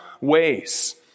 ways